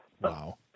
Wow